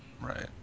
right